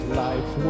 life